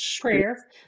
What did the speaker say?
prayer